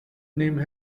name